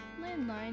Landline